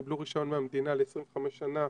קיבלו רישיון מהמדינה ל-25 שנה,